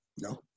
No